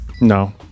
No